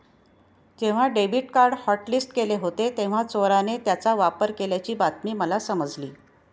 जेव्हा debit card hotlist केले होते तेव्हा चोराने त्याचा वापर केल्याची बातमी मला समजली